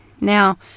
Now